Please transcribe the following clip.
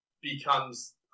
becomes